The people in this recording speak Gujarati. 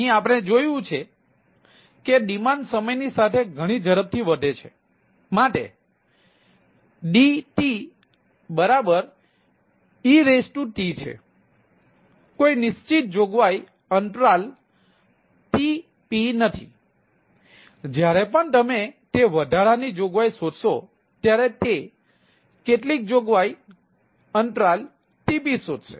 અહીં આપણે જોયું છે કે ડિમાન્ડ સમય ની સાથે ગણી ઝડપથી વધે છે માટેDTet છે કોઈ નિશ્ચિત જોગવાઈ અંતરાલ tp નથી જ્યારે પણ તમે તે વધારાની જોગવાઈ શોધશો ત્યારે તે કેટલીક જોગવાઈ અંતરાલ tp શોધશે